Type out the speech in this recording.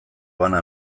bana